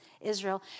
Israel